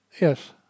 Yes